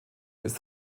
ist